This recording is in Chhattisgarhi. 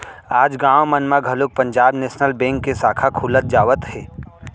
आज गाँव मन म घलोक पंजाब नेसनल बेंक के साखा खुलत जावत हे